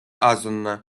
асӑннӑ